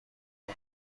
اون